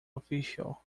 official